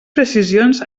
precisions